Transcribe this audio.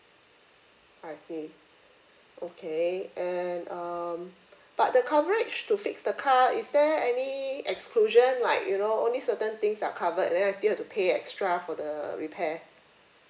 I see okay and um but the coverage to fix the car is there any exclusion like you know only certain things are covered then I still have to pay extra for the repair